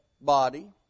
body